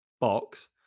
box